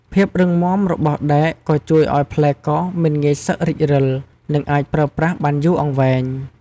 ភាពរឹងមាំរបស់ដែកក៏ជួយឲ្យផ្លែកោសមិនងាយសឹករិចរិល និងអាចប្រើប្រាស់បានយូរអង្វែង។